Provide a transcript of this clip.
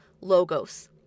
Logos